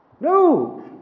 No